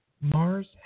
Mars